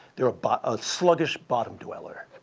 they're a but ah sluggish bottom dweller.